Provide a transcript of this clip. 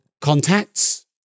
contacts